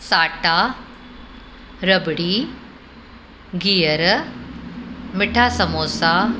साटा रबिड़ी गिहर मिठा संबोसा